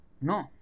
no